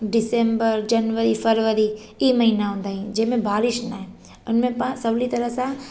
December जनवरी फरवरी इहे महीना हूंदा आहिनि जंहिंमें बारिश नाहिनि उन में पाण सवली तरह सां